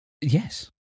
Yes